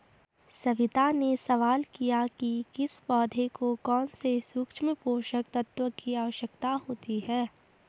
सविता ने सवाल किया कि किस पौधे को कौन से सूक्ष्म पोषक तत्व की आवश्यकता होती है